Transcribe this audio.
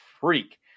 freak